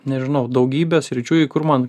nežinau daugybė sričių į kur man